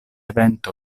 evento